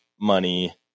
money